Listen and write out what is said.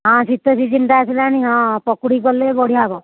ହଁ ଶୀତ ସିଜିନ୍ଟା ଆସିଲଣିି ହଁ ପକୁଡ଼ିି କଲେ ବଢ଼ିଆ ହବ